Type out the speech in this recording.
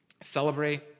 celebrate